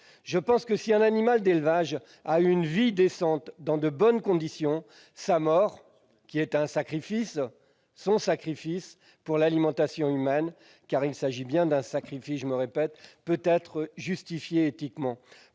Je pense que, si un animal d'élevage a eu une vie décente, dans de bonnes conditions, sa mort, son sacrifice pour l'alimentation humaine, car il s'agit bien d'un sacrifice, peut être justifié éthiquement.